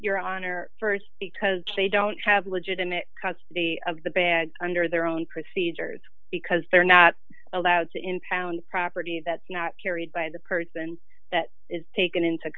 your honor st because they don't have legitimate custody of the bad under their own procedures because they're not allowed to impound property that's not carried by the person that is taken into